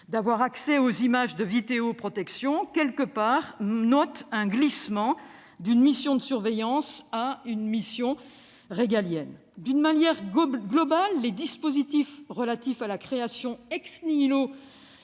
d'avoir accès aux images de vidéoprotection dénote quelque part un glissement d'une mission de surveillance à une mission régalienne. De manière globale, les dispositifs relatifs à la création et